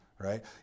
right